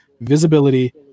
visibility